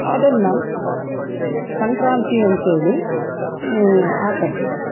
ಅದನ್ನ ಸಂಕ್ರಾಂತಿ ಅಂತೇಳಿ ಆಚರ್ಸ್ತಾರೆ